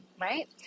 right